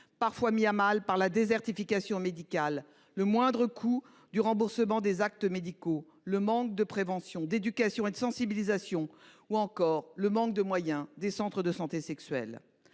parfois mis à mal par la désertification médicale, la diminution du remboursement des actes médicaux, le manque de prévention, d’éducation et de sensibilisation ou encore le manque de moyens des centres de santé sexuelle.